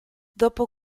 dopo